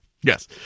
Yes